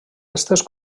restes